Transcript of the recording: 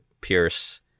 Pierce